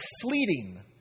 fleeting